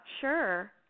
sure